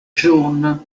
jaunes